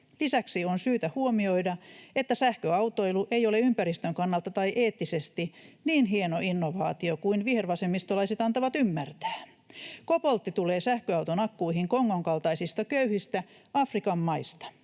Lisäksi on syytä huomioida, että sähköautoilu ei ole ympäristön kannalta tai eettisesti niin hieno innovaatio kuin vihervasemmistolaiset antavat ymmärtää. Koboltti tulee sähköauton akkuihin Kongon kaltaisista köyhistä Afrikan maista,